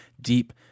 deep